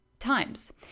times